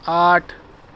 آٹھ